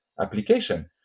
application